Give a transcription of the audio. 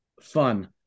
fun